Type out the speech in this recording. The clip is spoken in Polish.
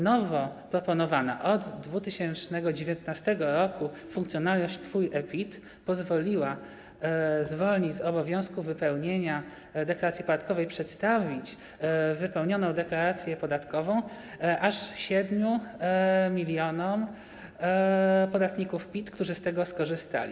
Nowo proponowana, od 2019 r., funkcjonalność Twój e-PIT pozwoliła zwolnić z obowiązku wypełnienia deklaracji podatkowej, przedstawić wypełnioną deklarację podatkową aż 7 mln podatników PIT, którzy z tego skorzystali.